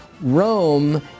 Rome